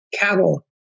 Cattle